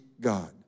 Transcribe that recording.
God